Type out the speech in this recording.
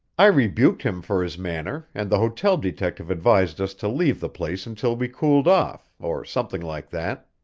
i rebuked him for his manner, and the hotel detective advised us to leave the place until we cooled off, or something like that.